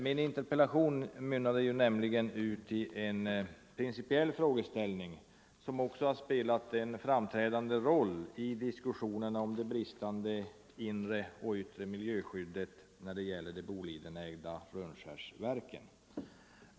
Min interpellation mynnade ut i en principiell frågeställning som har spelat en framträdande roll i diskussionen om det bristande inre och yttre miljöskyddet när det gäller de Bolidenägda Rönnskärsverken.